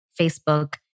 Facebook